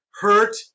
hurt